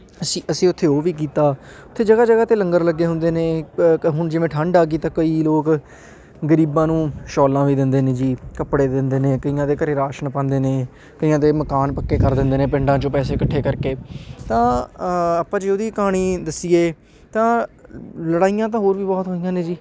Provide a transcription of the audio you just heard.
ਅਸੀਂ ਅਸੀਂ ਉੱਥੇ ਉਹ ਵੀ ਕੀਤਾ ਉੱਥੇ ਜਗ੍ਹਾ ਜਗ੍ਹਾ 'ਤੇ ਲੰਗਰ ਲੱਗੇ ਹੁੰਦੇ ਨੇ ਕ ਹੁਣ ਜਿਵੇਂ ਠੰਡ ਆ ਗਈ ਤਾਂ ਕੋਈ ਲੋਕ ਗਰੀਬਾਂ ਨੂੰ ਸ਼ੋਲਾਂ ਵੀ ਦਿੰਦੇ ਨੇ ਜੀ ਕੱਪੜੇ ਦਿੰਦੇ ਨੇ ਕਈਆਂ ਦੇ ਘਰ ਰਾਸ਼ਨ ਪਾਉਂਦੇ ਨੇ ਕਈਆਂ ਦੇ ਮਕਾਨ ਪੱਕੇ ਕਰ ਦਿੰਦੇ ਨੇ ਪਿੰਡਾਂ 'ਚੋਂ ਪੈਸੇ ਇਕੱਠੇ ਕਰਕੇ ਤਾਂ ਆਪਾਂ ਜੇ ਉਹਦੀ ਕਹਾਣੀ ਦੱਸੀਏ ਤਾਂ ਲੜਾਈਆਂ ਤਾਂ ਹੋਰ ਵੀ ਬਹੁਤ ਹੋਈਆਂ ਨੇ ਜੀ